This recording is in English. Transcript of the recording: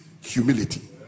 humility